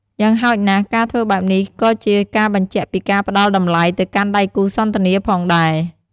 យ៉ាងហោចណាស់ ការធ្វើបែបនេះក៏ជាការបញ្ជាក់ពីការផ្ដល់តម្លៃទៅកាន់ដៃគូសន្ទនាផងដែរ។